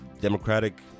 Democratic